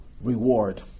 reward